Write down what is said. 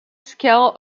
scale